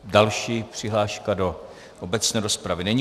Další přihláška do obecné rozpravy není.